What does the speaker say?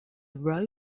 row